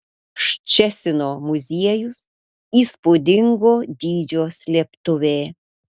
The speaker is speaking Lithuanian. ščecino muziejus įspūdingo dydžio slėptuvė